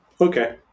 Okay